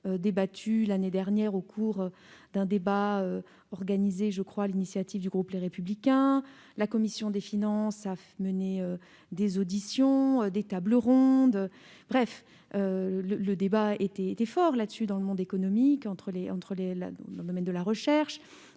discuté l'année dernière au cours d'un débat organisé sur l'initiative du groupe Les Républicains. La commission des finances a mené des auditions et a organisé des tables rondes. Le débat a été intense dans le monde économique et dans le domaine de la recherche.